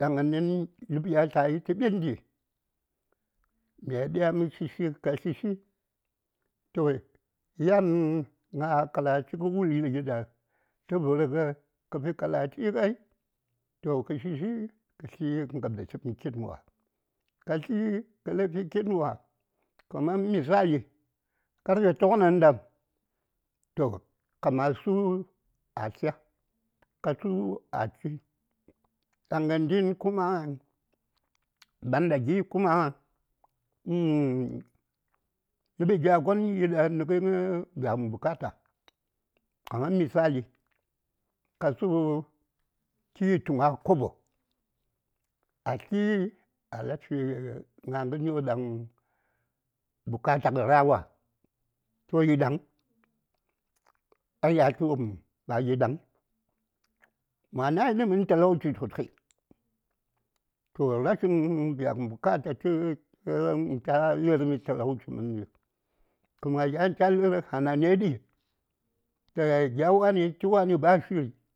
﻿Ɗaŋnin ləb ya tlai tə ɓintli mya diya mə shishi ka shishi toh yan ŋa kalachi kə wulwuɗi ɗa tə vərgə kə fi kalachi ŋai toh kə shishi kə tli kə ŋab datəpm kitn wa:, ka tli kə ləŋ fi kitn wa: kamar misali karfe toknandam toh kaman su a tlya ka su a chi ɗaŋndən kuma banda gi kuma ləɓi gyagon yiɗa nəkə biyagən bukata kamar misali kasu ki tu ŋa kobo a tli a ləŋ fi ŋa ŋərwon ɗang bukata ŋə ra: wa toh yi ɗaŋ a yatl wopm ba yi ɗaŋ, ma nayi nə mən talauchi sosai toh rashin ŋən. biyagən bukata cha lə:r mi talauchi mənɗi kuma yan cha lə:r hayaniya ɗi gya wani tə wani ba shiri.